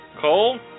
Cole